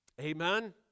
Amen